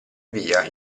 via